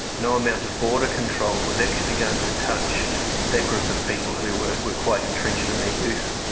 no amount of border control was actually going to touch that group of people who were were quite entrenched in their use.